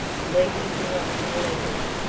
leave me to write my letters,